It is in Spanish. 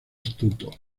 astuto